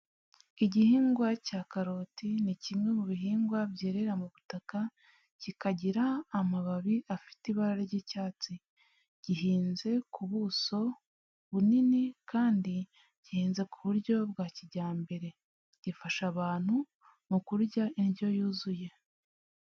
Igihingwa cya karoti ni kimwe mu bihingwa byerera mu butaka, kikagira amababi afite ibara ry'icyatsi, gihinze ku buso bunini, kandi gihinze ku buryo bwa kijyambere, gifasha abantu mu kurya indyo yuzuye.